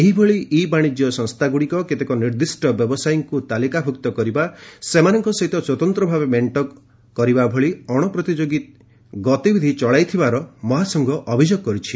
ଏହିଭଳି ଇ ବାଣିଜ୍ୟ ସଂସ୍ଥାଗୁଡ଼ିକ କେତେକ ନିର୍ଦ୍ଦିଷ୍ଟ ବ୍ୟବସାୟୀଙ୍କୁ ତାଲିକା ଭୁକ୍ତ କରିବା ସେମାନଙ୍କ ସହିତ ସ୍ୱତନ୍ତ୍ର ଭାବେ ମେଣ୍ଟ କରିବା ଭଳି ଅଣ ପ୍ରତିଯୋଗୀ ଗତିବିଧି ଚଳାଇଥିବାର ମହାସଂଘ ଅଭିଯୋଗ କରିଛି